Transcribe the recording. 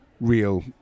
real